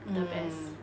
hmm